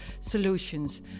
solutions